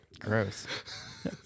Gross